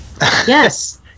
Yes